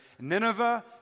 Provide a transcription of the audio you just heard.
Nineveh